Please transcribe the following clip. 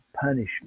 punishment